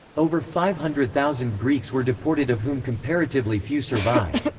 over five hundred thousand greeks were deported of whom comparatively few survived.